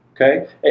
Okay